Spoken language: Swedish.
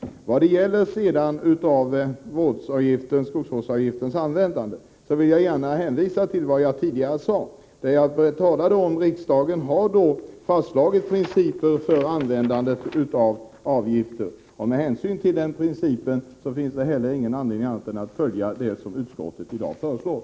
Beträffande skogsvårdsavgiftens användning vill jag gärna hänvisa till vad jag tidigare sade. Jag sade att riksdagen har fastslagit principer för användande av avgiften. Med hänsyn till de principerna finns det ingen anledning att göra annat än att följa det som utskottet föreslår.